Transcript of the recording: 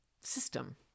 system